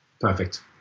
perfect